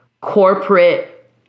corporate